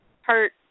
hurt